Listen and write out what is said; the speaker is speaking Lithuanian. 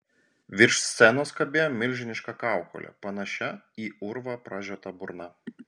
virš scenos kabėjo milžiniška kaukolė panašia į urvą pražiota burna